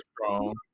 strong